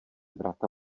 vrata